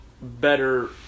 better